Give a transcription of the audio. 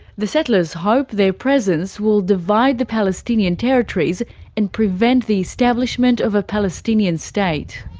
the settlers hope their presence will divide the palestinian territories and prevent the establishment of a palestinian state.